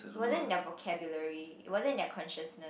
wasn't in their vocabulary it wasn't in their consciousness